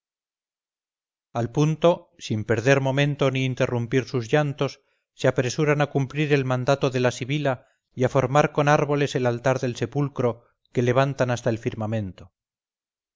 al punto sin perder momento ni interrumpir sus llantos se apresuran a cumplir el mandato de la sibila y a formar con árboles el altar del sepulcro que levantan hasta el firmamento